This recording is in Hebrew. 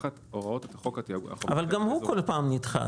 תחת הוראות חוק -- אבל גם הוא כל פעם נדחה,